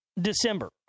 December